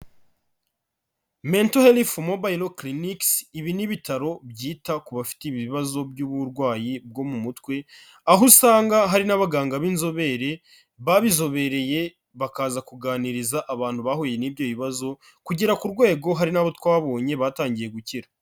Mental health mobile clinic ibi ni ibitaro byita ku bafite ibibazo by'uburwayi bwo mu mutwe, aho usanga hari n'abaganga b'inzobere babizobereye bakaza kuganiriza abantu bahuye n'ibyo bibazo, kugera ku rwego hari n'abo twabonye batangiye gukira.